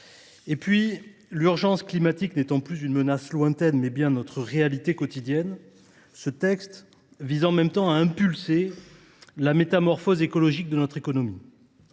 respect. L’urgence climatique étant non plus une menace lointaine, mais bien notre réalité quotidienne, ce texte vise en même temps à impulser la métamorphose écologique de notre économie.